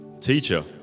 Teacher